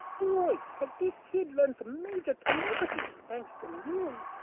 boy has this kid lives major calamity. thanks to me